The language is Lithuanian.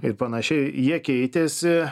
ir panašiai jie keitėsi